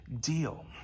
deal